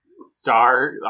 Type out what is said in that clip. star